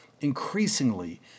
increasingly